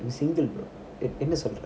I'm single bro என்னசொல்லறது:enna sollaradhu